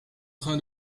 train